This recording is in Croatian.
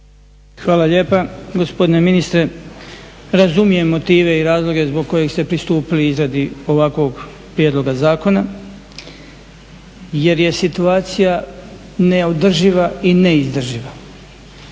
Hvala lijepa. Gospodine ministre, razumijem motive i razloge zbog kojih ste pristupili izradi ovakvog prijedloga zakona jer je situacija ne održiva i ne izdrživa,